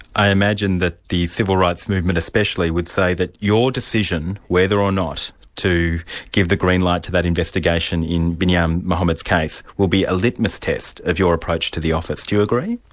i imagine that the civil rights movement especially would say that your decision whether or not to give the green light to that investigation in binyam mohamed's case, will be a litmus test of your approach to the office. do you agree?